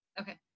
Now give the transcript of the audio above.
Okay